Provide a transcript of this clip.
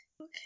Okay